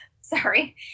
sorry